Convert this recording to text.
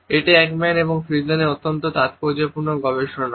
এটি একম্যান এবং ফ্রিজেনের একটি অত্যন্ত তাৎপর্যপূর্ণ গবেষণা